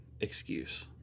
excuse